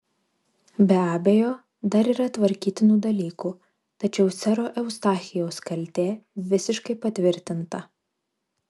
be abejo dar yra tvarkytinų dalykų tačiau sero eustachijaus kaltė visiškai patvirtinta